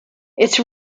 its